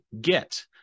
GET